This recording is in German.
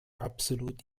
absolut